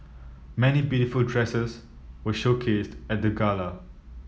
many beautiful dresses were showcased at the gala